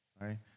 Right